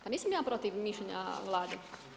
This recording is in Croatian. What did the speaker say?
Pa nisam ja protiv mišljenja Vlade.